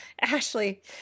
Ashley